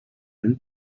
when